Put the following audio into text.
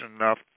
enough